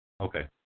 Okay